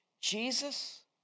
Jesus